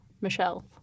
Michelle